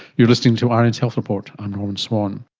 you're listening to rn's health report, i'm norman swan